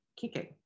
kicking